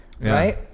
right